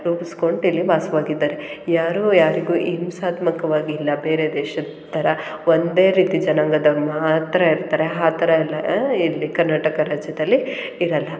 ರೂಪಿಸ್ಕೊಂಡು ಇಲ್ಲಿ ವಾಸವಾಗಿದ್ದಾರೆ ಯಾರೂ ಯಾರಿಗೂ ಹಿಂಸಾತ್ಮಕವಾಗಿಲ್ಲ ಬೇರೆ ದೇಶದ ಥರ ಒಂದೇ ರೀತಿ ಜನಾಂಗದವ್ರು ಮಾತ್ರ ಇರ್ತಾರೆ ಆ ಥರ ಎಲ್ಲ ಇಲ್ಲಿ ಕರ್ನಾಟಕ ರಾಜ್ಯದಲ್ಲಿ ಇರಲ್ಲ